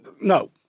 No